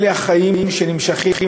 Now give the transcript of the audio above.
אלה החיים שנמשכים,